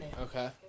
Okay